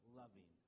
loving